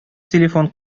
телефон